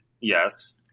Yes